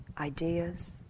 ideas